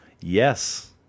Yes